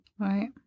Right